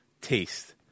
taste